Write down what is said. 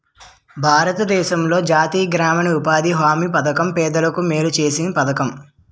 భారతదేశంలో జాతీయ గ్రామీణ ఉపాధి హామీ పధకం పేదలకు మేలు సేసే పధకము